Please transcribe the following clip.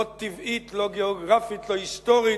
לא טבעית, לא גיאוגרפית, לא היסטורית.